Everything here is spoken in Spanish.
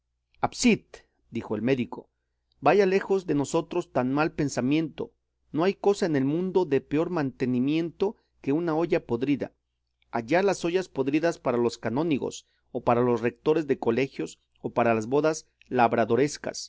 dijo el médico vaya lejos de nosotros tan mal pensamiento no hay cosa en el mundo de peor mantenimiento que una olla podrida allá las ollas podridas para los canónigos o para los retores de colegios o para las bodas labradorescas